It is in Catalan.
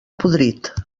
podrit